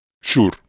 Sure